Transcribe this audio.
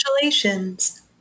Congratulations